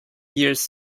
years